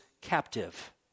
captive